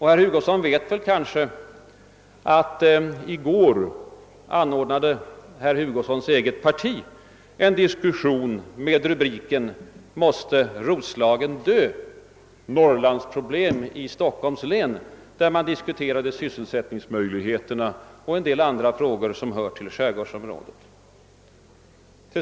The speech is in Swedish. Herr Hugosson vet kanske också att hans eget parti i går anordnade en diskussion med rubriken »Måste Roslagen dö? Norrlandsproblem i Stockholms län.» Man diskuterade där sysselsättningsmöjligheterna och en del andra frågor som hör till skärgårdsområdet.